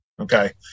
Okay